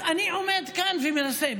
אני עומד כאן ומנסה,